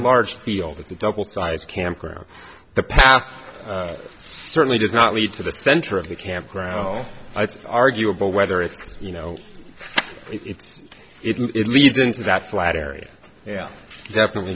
large field at the double side campground the path certainly did not lead to the center of the campground arguable whether it's you know it's if it leads into that flat area yeah definitely